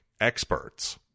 experts